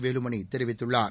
வேலுமணி தெரிவித்துள்ளார்